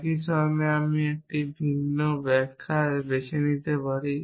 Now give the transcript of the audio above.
একই সময়ে আমি একটি ভিন্ন ব্যাখ্যা বেছে নিতে পারি